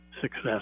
success